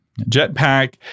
Jetpack